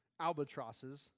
albatrosses